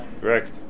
Correct